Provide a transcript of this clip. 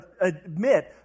admit